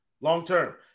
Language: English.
Long-term